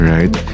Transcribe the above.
Right